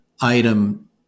item